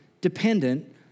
dependent